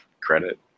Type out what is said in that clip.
credit